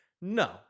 No